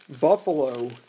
Buffalo